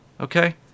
Okay